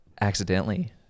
accidentally